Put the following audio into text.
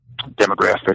demographic